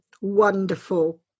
wonderful